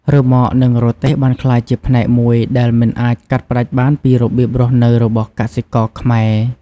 រ៉ឺម៉កនឹងរទេះបានក្លាយជាផ្នែកមួយដែលមិនអាចកាត់ផ្តាច់បានពីរបៀបរស់នៅរបស់កសិករខ្មែរ។